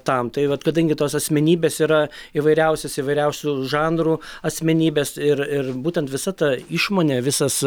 tam tai vat kadangi tos asmenybės yra įvairiausios įvairiausių žanrų asmenybės ir ir būtent visa ta išmonė visas